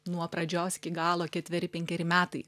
nuo pradžios iki galo ketveri penkeri metai